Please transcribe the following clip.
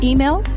Email